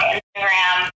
Instagram